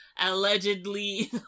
allegedly